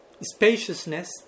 spaciousness